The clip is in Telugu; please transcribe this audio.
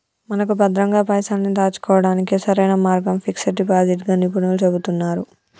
మనకు భద్రంగా పైసల్ని దాచుకోవడానికి సరైన మార్గం ఫిక్స్ డిపాజిట్ గా నిపుణులు చెబుతున్నారు